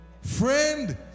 Friend